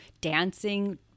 dancing